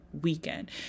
weekend